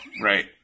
Right